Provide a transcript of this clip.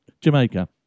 Jamaica